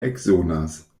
eksonas